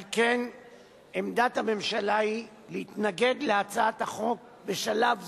על כן עמדת הממשלה היא להתנגד להצעת החוק בשלב זה,